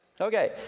Okay